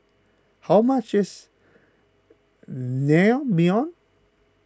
how much is Naengmyeon